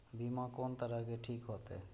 बीमा कोन तरह के ठीक होते?